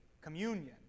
communion